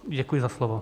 Děkuji za slovo.